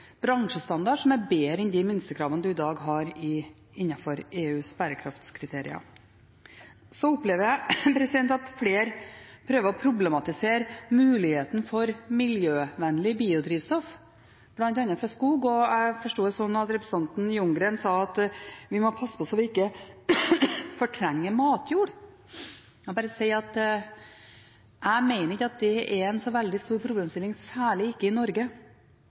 bransjestandard som er bedre enn de minstekravene man har i dag innenfor EUs bærekraftskriterier. Så opplever jeg at flere prøver å problematisere muligheten for miljøvennlig biodrivstoff, bl.a. fra skog. Jeg forstår det slik at representanten Ljunggren sa at vi må passe på, slik at vi ikke fortrenger matjord. Jeg vil bare si at jeg mener at det ikke er en så veldig stor problemstilling, særlig ikke i Norge.